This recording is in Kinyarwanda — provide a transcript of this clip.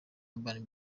urban